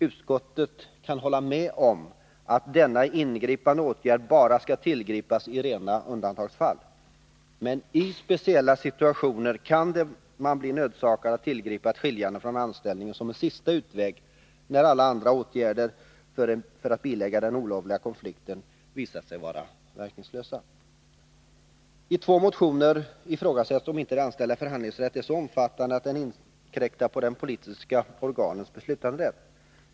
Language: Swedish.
Utskottet kan hålla med om att denna ingripande åtgärd bara skall tillgripas i rena undantagsfall. Men i speciella situationer kan man bli nödsakad att tillgripa ett skiljande från anställningen som en sista utväg, när andra åtgärder för att bilägga den olovliga konflikten visat sig vara verkningslösa. I två motioner ifrågasätts om inte de anställdas förhandlingsrätt är så omfattande att den inkräktar på de politiska organens beslutanderätt.